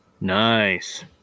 Nice